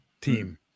Team